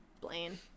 Blaine